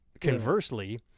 conversely